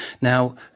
Now